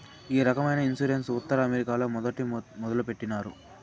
ఈ రకమైన ఇన్సూరెన్స్ ఉత్తర అమెరికాలో మొదట మొదలుపెట్టినారు